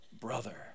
brother